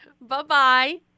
Bye-bye